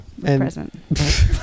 Present